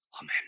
Amen